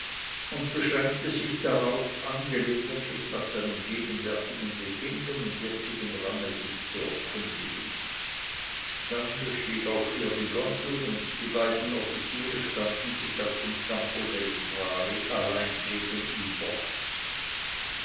und beschränkte sich darauf angelegentlich nach seinem gegenwärtigen befinden und jetzigen range sich zu erkundigen dann bestieg auch er die gondel und die beiden offiziere standen sich auf dem campo dei frari allein gegenüber